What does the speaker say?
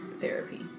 therapy